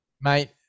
Mate